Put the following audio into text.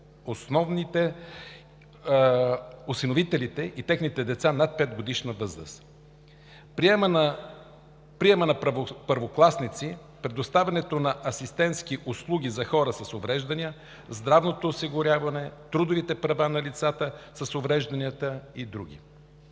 спрямо осиновителите и техните деца над 5-годишна възраст, приема на първокласници, предоставянето на асистентски услуги за хора с увреждания, здравното осигуряване, трудовите права на лицата с увреждания и други.